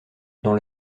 dans